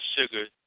sugar